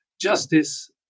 justice